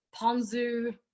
ponzu